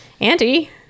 Andy